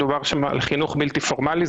מדובר שם על חינוך בלתי פורמלי.